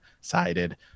sided